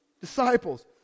disciples